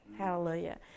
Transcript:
Hallelujah